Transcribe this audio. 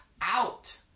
out